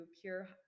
pure